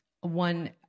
One